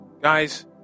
guys